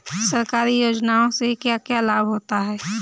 सरकारी योजनाओं से क्या क्या लाभ होता है?